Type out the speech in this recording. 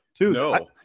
No